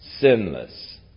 sinless